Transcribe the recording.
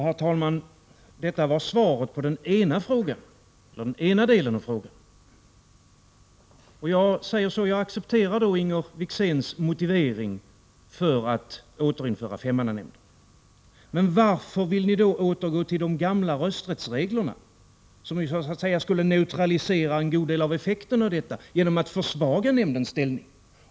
Herr talman! Detta var svaret på ena delen av min fråga. Jag accepterar Inger Wickzéns motivering för återinförande av femmannanämnden. Men varför vill ni då återgå till de gamla rösträttsreglerna, som skulle neutralisera en god del av effekterna härav och försvaga nämndens ställning?